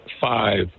five